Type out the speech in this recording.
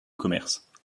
commerce